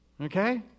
okay